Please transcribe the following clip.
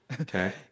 Okay